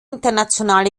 internationale